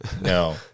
No